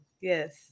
Yes